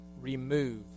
remove